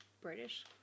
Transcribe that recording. British